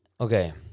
okay